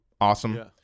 Awesome